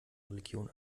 religion